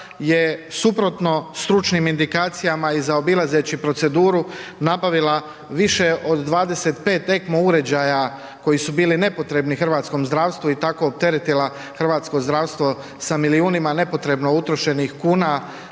je suprotno stručnim indikacijama i zaobilazeći proceduru nabavila više od 25 Ecmo uređaja koji su bili nepotrebni hrvatskom zdravstvu i tako opteretila hrvatsko zdravstvo sa milijunima nepotrebno utrošenih kuna